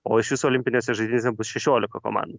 o iš vis olimpinėse žaidynėse bus šešiolika komandų